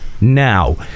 now